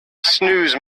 snooze